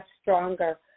stronger